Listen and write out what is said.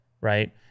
Right